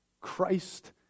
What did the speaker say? Christ